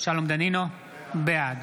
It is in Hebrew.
שלום דנינו, בעד